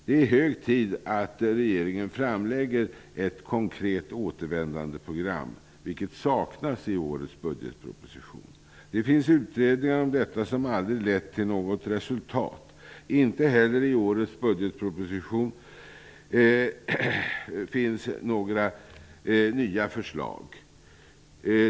Det är hög tid att regeringen framlägger ett konkret återvändandeprogram, vilket saknas i årets budgetproposition. Det finns utredningar om detta som aldrig har lett till något resultat. Inte heller i årets budgetproposition finns några nya förslag.